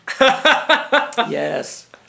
Yes